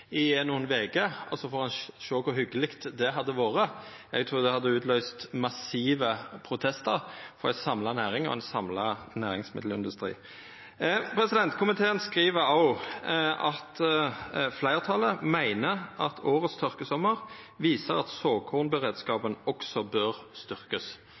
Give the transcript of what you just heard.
i nokre veker, og så fekk ein sjå kor hyggjeleg det hadde vore. Eg trur det hadde utløyst massive protestar frå ei samla næring og ein samla næringsmiddelindustri. Komiteen skriv òg: «Flertallet mener at årets tørkesommer viser at